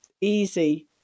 easy